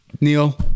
Neil